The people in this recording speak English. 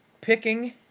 picking